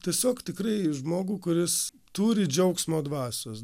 tiesiog tikrai žmogų kuris turi džiaugsmo dvasios